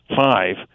five